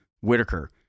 Whitaker